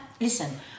listen